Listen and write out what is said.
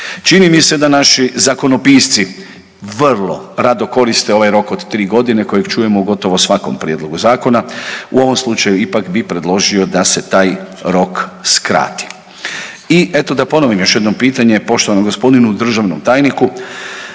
Čini mi se da naši zakonopisci vrlo rado koriste ovaj rok od 3.g. kojeg čujemo gotovo u svakom prijedlogu zakonu, u ovom slučaju ipak bi predložio da se taj rok skrati. I eto da ponovim još jednom pitanje poštovanom g. državnom tajniku,